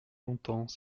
longtemps